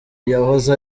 yahoze